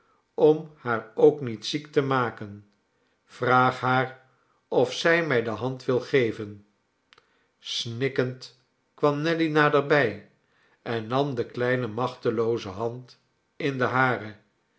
om haar ook niet ziek te maken vraag haar of zij mij de hand wil geven snikkend kwam nelly naderbij en nam de kleine machtelooze hand in de hare